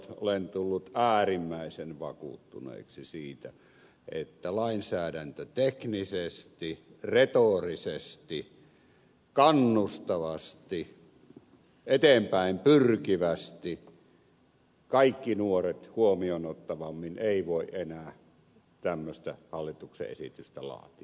olen tullut äärimmäisen vakuuttuneeksi siitä että lainsäädäntöteknisesti retorisesti kannustavasti eteenpäin pyrkivästi kaikki nuoret huomioon ottavammin ei voi enää tämmöistä hallituksen esitystä laatia